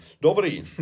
Dobrý